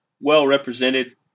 well-represented